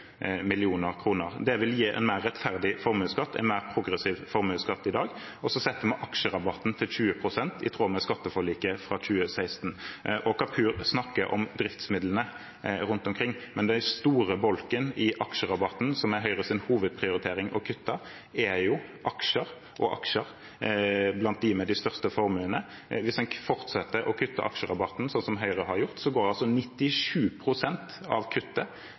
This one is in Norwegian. i tråd med skatteforliket fra 2016. Kapur snakker om driftsmidlene rundt omkring, men den store bolken i aksjerabatten, som er Høyres hovedprioritering å kutte, er jo aksjer – og aksjer blant dem med de største formuene. Hvis en fortsetter å kutte aksjerabatten sånn som Høyre har gjort, går altså 97 pst. av kuttet